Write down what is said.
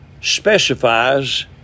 specifies